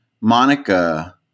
Monica